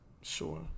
Sure